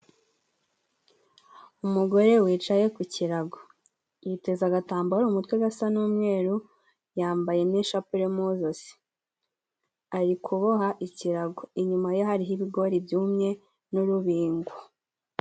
Umugore wicaye ku kirago. Yiteze agatambaro mu mutwe gasa n'umweruru, yambaye n'ishapule mu zosi. Ari kuboha ikirago. Inyuma ye hariho ibigori byumye n'urubingo.